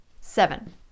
Seven